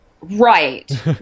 Right